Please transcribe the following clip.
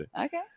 okay